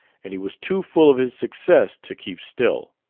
and he was too full of his success to keep still